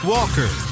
Walker